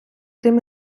тим